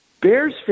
Bears